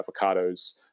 avocados